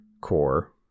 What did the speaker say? core